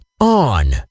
on